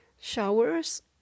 Showers